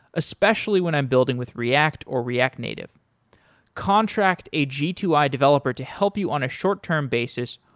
especially when i'm building with react or react native contract a g two i developer to help you on a short-term basis,